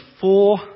four